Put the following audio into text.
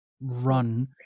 run